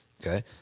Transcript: Okay